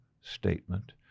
statement